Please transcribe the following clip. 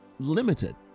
limited